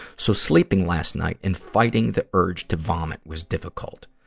so sleeping last night and fighting the urge to vomit was difficult.